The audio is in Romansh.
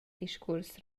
discuors